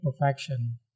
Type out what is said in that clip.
perfection